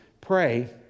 pray